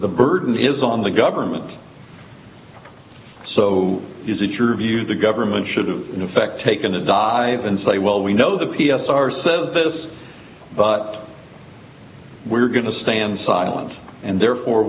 the burden is on the government so is it your view the government should have in effect taken a dive and say well we know the p s r says this but we're going to stand silent and therefore